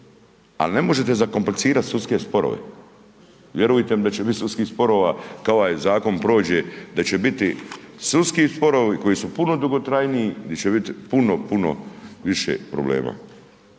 ne možete zakomplicirati sudske sporove, vjerujte mi da će biti sudskih sporova, kao i ovaj zakon prođe, da će biti sudski sporovi, koji su puno dugotrajniji, gdje će biti, puno, puno više problema,